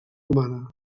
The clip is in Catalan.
humana